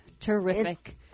Terrific